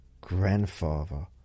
grandfather